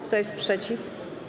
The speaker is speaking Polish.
Kto jest przeciw?